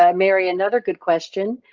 um mary. another good question.